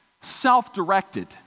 self-directed